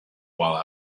while